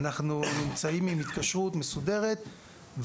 אנחנו נמצאים עם התקשרות מסודרת.